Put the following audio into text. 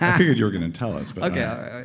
yeah figured you were gonna tell us, but.